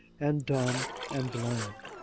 and dumb, and blind.